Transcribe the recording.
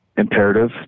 imperative